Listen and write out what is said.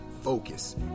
Focus